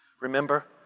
Remember